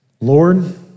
Lord